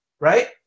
right